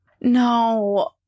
No